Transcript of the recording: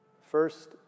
First